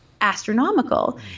Astronomical